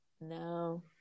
No